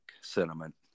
sentiment